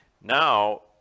Now